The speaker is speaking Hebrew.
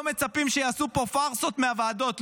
לא מצפים שיעשו פה פארסות מהוועדות.